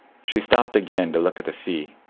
she stopped again to look at the sea,